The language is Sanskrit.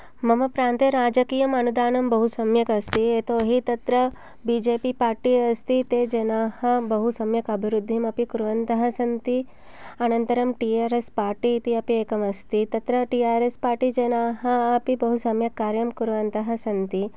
मम प्रान्ते राजकीयम् अनुदानं बहु सम्यक् अस्ति यतोऽहि तत्र बीजेपि पार्टी अस्ति ते जनाः बहु सम्यक् अभिबृद्धिमपि कुर्वन्तः सन्ति अनन्तरं टी आर् एस् पार्टी इति अपि एकम् अस्ति तत्र टी आर् एस् पार्टी जनाः अपि बहु सम्यक् कार्यं कुर्वन्तः सन्ति